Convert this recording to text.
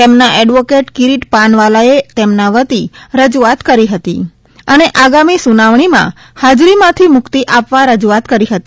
તેમના એડવોકેટ કીરીટ પાનવાલાએ તેમના વતી રજૂઆત કરી હતી અને આગામી સુનાવણીમાં હાજરીમાંથી મુક્તિ આપવા રજૂઆત કરી હતી